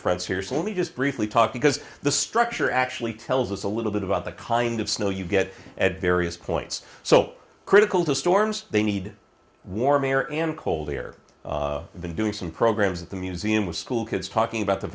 friends here so let me just briefly talk because the structure actually tells us a little bit about the kind of snow you get at various points so critical to storms they need warm air and cold air been doing some programs of the museum with schoolkids talking about the